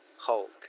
Hulk